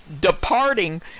departing